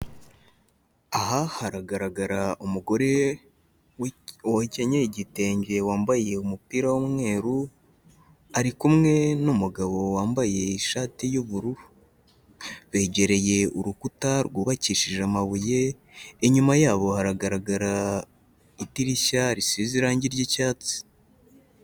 Aha haragaragara umugore wakenyeye igitenge, wambaye umupira w'umweru ari kumwe n'umugabo wambaye ishati y'ubururu, begereye urukuta rwubakishije amabuye inyuma yabo hagaragara idirishya risize irangi ry'icyatsi.